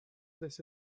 this